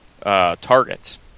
Targets